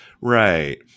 right